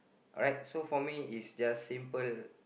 right so for me is just simple